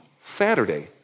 Saturday